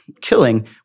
killing